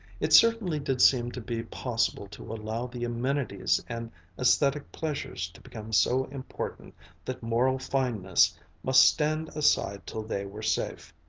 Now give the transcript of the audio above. it certainly did seem to be possible to allow the amenities and aesthetic pleasures to become so important that moral fineness must stand aside till they were safe.